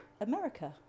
America